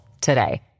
today